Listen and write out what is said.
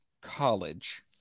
college